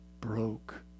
broke